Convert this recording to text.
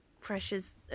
pressures